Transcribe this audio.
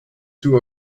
two